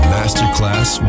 Masterclass